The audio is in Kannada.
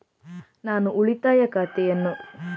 ನಾನು ಉಳಿತಾಯ ಖಾತೆಯನ್ನು ಎಲ್ಲಿ ತೆಗೆಯಬಹುದು?